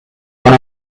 one